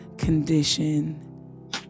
Condition